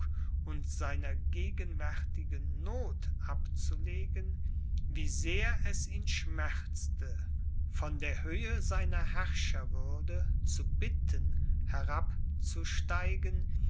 und seiner gegenwärtigen noth abzulegen wie sehr es ihn schmerzte von der höhe seiner herrscherwürde zu bitten